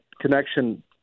connection